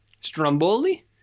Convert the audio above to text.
Stromboli